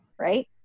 right